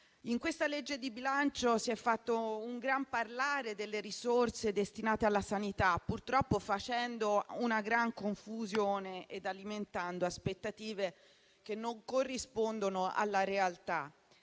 In questa legge di bilancio si è fatto un gran parlare delle risorse destinate alla sanità, purtroppo facendo una gran confusione e alimentando aspettative che non corrispondono alla realtà.